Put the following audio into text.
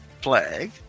flag